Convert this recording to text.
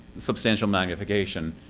substantial magnification.